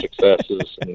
successes